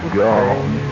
gone